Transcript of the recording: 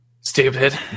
Stupid